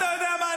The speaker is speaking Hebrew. אתה יודע מה?